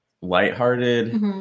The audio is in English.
lighthearted